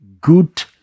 good